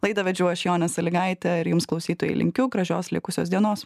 laidą vedžiau aš jonė salygaitė ir jums klausytojai linkiu gražios likusios dienos